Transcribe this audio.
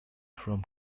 from